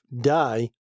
die